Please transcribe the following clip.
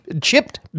Chipped